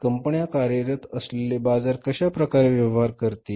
कंपन्या कार्यरत असलेले बाजार कश्या प्रकारे व्यवहार करतील